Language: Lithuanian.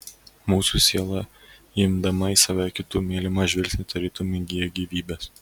mūsų siela įimdama į save kitų mylimą žvilgsnį tarytum įgyja gyvybės